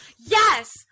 Yes